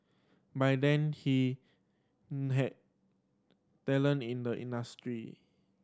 by then he knew had talent in the industry